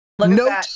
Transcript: No